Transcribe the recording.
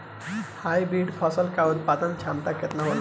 Hybrid फसल क उत्पादन क्षमता केतना होला?